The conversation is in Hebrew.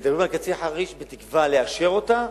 מדברים על קציר-חריש, בתקווה לאשר אותה,